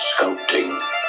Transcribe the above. sculpting